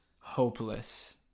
hopeless